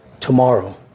tomorrow